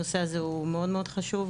הנושא הזה הוא מאוד מאוד חשוב,